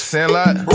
Sandlot